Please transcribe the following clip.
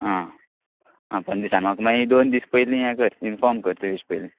आं आ दोन दिसान म्हाक मागीर दोन दीस पयली हें कर इन्फॉर्म कर तूं येवच पयली